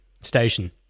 Station